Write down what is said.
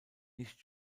nicht